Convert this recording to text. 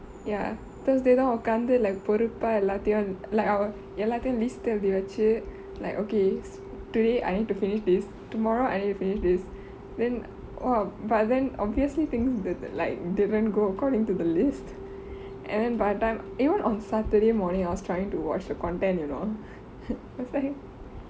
ya thursday தா உட்கார்ந்து:thaa ookarnthu like பொறுப்பா எல்லாத்தையு:poruppa ellathaiyu like I will எல்லாத்தையு:ellathaiyu list எழுதிவைச்சு:ezhuthivacchu like okay today I need to finish this tomorrow I need to finish this then !wah! but then obviously things di~ like didn't go according to the list and then by the time even on saturday morning I was trying to watch the content you know it's like